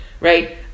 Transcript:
right